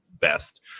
best